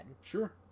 Sure